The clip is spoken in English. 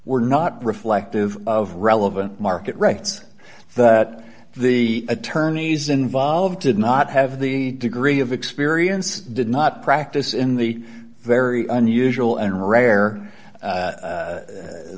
were not reflective of relevant market rights that the attorneys involved did not have the degree of experience did not practice in the very unusual and rare